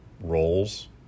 roles